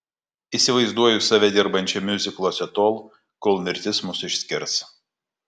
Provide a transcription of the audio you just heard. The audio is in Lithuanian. įsivaizduoju save dirbančią miuzikluose tol kol mirtis mus išskirs